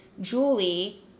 Julie